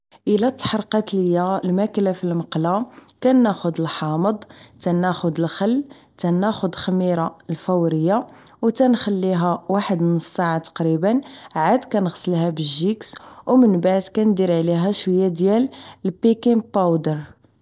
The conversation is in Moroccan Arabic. الا تحرقات ليا الماكلة فالمقلاة كناخد الحامض تناخد الخل تناخد الخميرة الفورية و تنخليها واحد نص ساعة تقريبا عاد كنغسلها يالجيكس و من بعد كندير عليها شوية البكينغ باودر